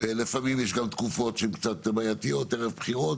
לפעמים יש גם תקופות שהם קצת בעייתיות ערב בחירות,